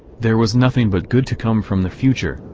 there was nothing but good to come from the future,